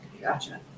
gotcha